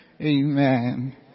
Amen